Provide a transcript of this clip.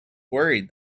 worried